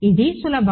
ఇది సులభం